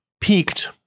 peaked